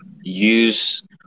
use